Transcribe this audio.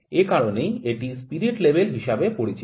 এ কারণেই এটি spirit level হিসাবে পরিচিত